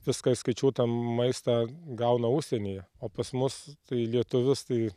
viską įskaičiuotą maistą gauna užsienyje o pas mus tai lietuvius tai